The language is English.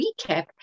recap